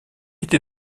était